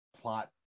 plot